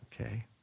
okay